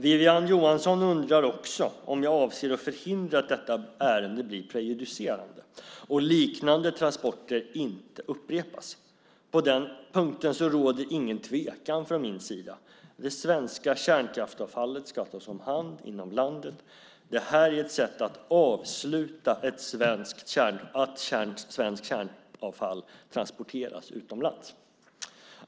Wiwi-Anne Johansson undrar också om jag avser att förhindra att detta ärende blir prejudicerande och liknande transporter inte upprepas. På denna punkt råder ingen tvekan från min sida. Det svenska kärnavfallet ska tas om hand inom landet. Det här är ett sätt att avsluta att svenskt kärnavfall transporteras utomlands.